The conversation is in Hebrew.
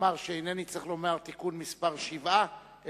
אמר שאינני צריך לומר תיקון מספר שבעה,